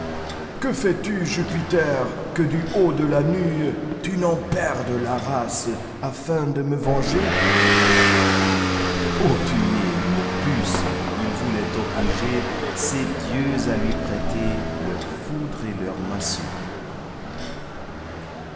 que fais-tu jupiter que du haut de la nue tu n'en perdes la race afin de me venger pour tuer une puce il voulait obliger ces dieux à lui prêter leur foudre et leur massue